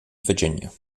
virginia